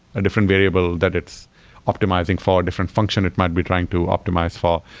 a different variable that it's optimizing for. different function it might be trying to optimize for.